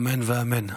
אמן ואמן.